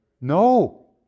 No